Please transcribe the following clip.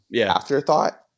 afterthought